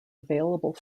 available